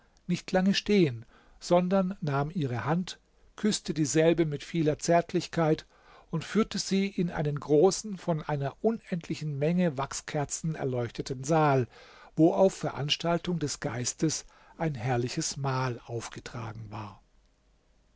nicht lange stehen sondern nahm ihre hand küßte dieselbe mit vieler zärtlichkeit und führte sie in einen großen von einer unendlichen menge wachskerzen erleuchteten saal wo auf veranstaltung des geistes ein herrliches mahl aufgetragen war